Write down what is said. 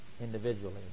Individually